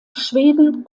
schweden